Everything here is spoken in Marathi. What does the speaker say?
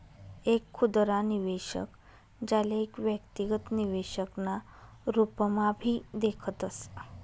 एक खुदरा निवेशक, ज्याले एक व्यक्तिगत निवेशक ना रूपम्हाभी देखतस